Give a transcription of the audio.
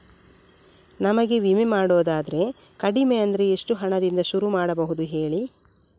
ನಮಗೆ ವಿಮೆ ಮಾಡೋದಾದ್ರೆ ಕಡಿಮೆ ಅಂದ್ರೆ ಎಷ್ಟು ಹಣದಿಂದ ಶುರು ಮಾಡಬಹುದು ಹೇಳಿ